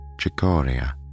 chicoria